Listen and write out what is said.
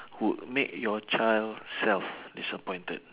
would make your child self disappointed